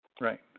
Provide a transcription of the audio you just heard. Right